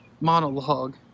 monologue